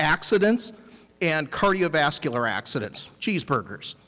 accidents and cardiovascular accidents. cheeseburgers.